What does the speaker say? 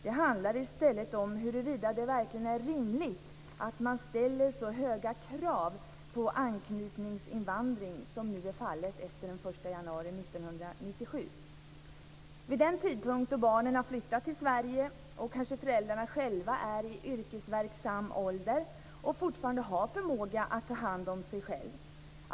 Det handlar i stället om huruvida det verkligen är rimligt att man ställer så höga krav på anknytningsinvandring som är fallet efter den 1 januari 1997. Vid den tidpunkt då barnen har flyttat till Sverige kanske föräldrarna själva är i yrkesverksam ålder och fortfarande har förmåga att ta hand om sig själva.